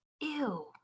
Ew